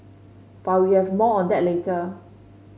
but we have more on that later